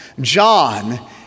John